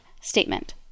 statement